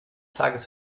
tages